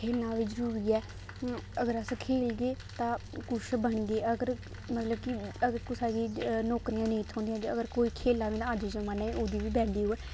खेलना बी जरूरी ऐ अगर अस खेलगे तां कुछ बनगे अगर मतलब कि अगर कुसै गी नौकरियां नेईं थ्होंदियां ते अगर कोई खेल्लै अज्ज दे जमान्ने च ओह्दी बी वैल्यू ऐ